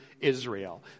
Israel